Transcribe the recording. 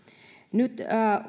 nyt